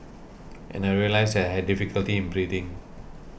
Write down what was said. and I realised that I had difficulty in breathing